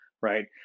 Right